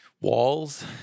walls